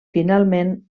finalment